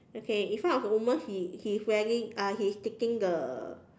okay in front of the woman he he's wearing uh he's taking the